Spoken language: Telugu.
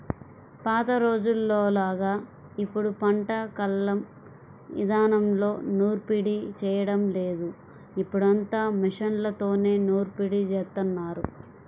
పాత రోజుల్లోలాగా ఇప్పుడు పంట కల్లం ఇదానంలో నూర్పిడి చేయడం లేదు, ఇప్పుడంతా మిషన్లతోనే నూర్పిడి జేత్తన్నారు